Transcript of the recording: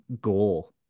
goal